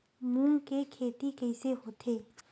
मूंग के खेती कइसे होथे?